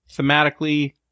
thematically